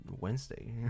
Wednesday